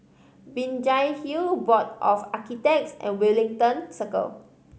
Binjai Hill Board of Architects and Wellington Circle